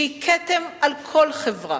שהיא כתם על כל חברה,